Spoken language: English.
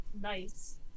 Nice